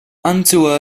unto